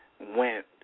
went